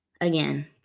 again